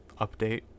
update